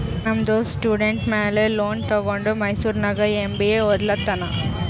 ನಮ್ ದೋಸ್ತ ಸ್ಟೂಡೆಂಟ್ ಮ್ಯಾಲ ಲೋನ್ ತಗೊಂಡ ಮೈಸೂರ್ನಾಗ್ ಎಂ.ಬಿ.ಎ ಒದ್ಲತಾನ್